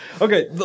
Okay